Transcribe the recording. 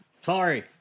Sorry